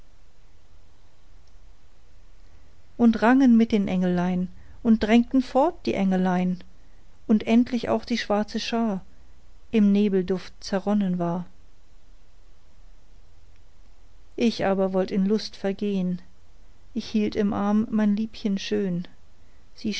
die rangen mit den engelein und drängten fort die engelein und endlich auch die schwarze schar in nebelduft zerronnen war ich aber wollt in lust vergehn ich hielt im arm mein liebchen schön sie